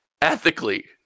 Ethically